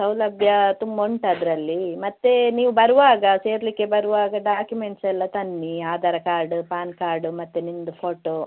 ಸೌಲಭ್ಯ ತುಂಬ ಉಂಟು ಅದರಲ್ಲಿ ಮತ್ತು ನೀವು ಬರುವಾಗ ಸೇರಲಿಕ್ಕೆ ಬರುವಾಗ ಡಾಕ್ಯುಮೆಂಟ್ಸೆಲ್ಲ ತನ್ನಿ ಆಧಾರ ಕಾರ್ಡು ಪಾನ್ ಕಾರ್ಡು ಮತ್ತು ನಿಮ್ಮದು ಫೋಟೋ